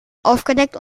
aufgedeckt